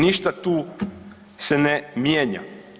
Ništa tu se ne mijenja.